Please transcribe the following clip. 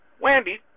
Wendy